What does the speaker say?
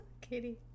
Katie